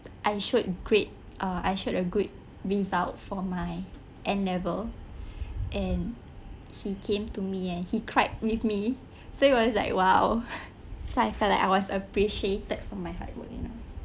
I showed great uh I showed a great result for my N level and he came to me and he cried with me so it was like !wow! so I felt like I was appreciated from my hard work you know